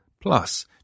plus